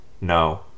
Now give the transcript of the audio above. No